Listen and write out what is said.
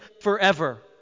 forever